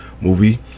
movie